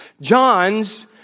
John's